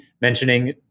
mentioning